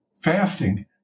fasting